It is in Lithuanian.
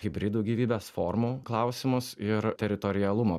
hibridų gyvybės formų klausimus ir teritoriealumo